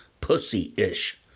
pussy-ish